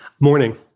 Morning